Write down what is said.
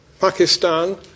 Pakistan